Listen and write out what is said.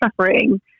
suffering